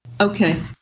Okay